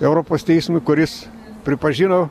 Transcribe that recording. europos teismui kuris pripažino